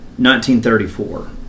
1934